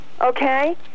Okay